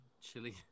Chili